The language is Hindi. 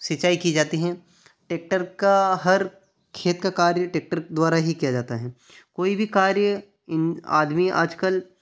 सिंचाई की जाती हैं टेक्टर का हर खेत का कार्य टेक्टर द्वारा ही किया जाता हैं कोई भी कार्य आदमी आज कल